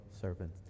servant